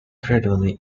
gradually